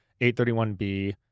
831B